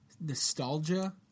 nostalgia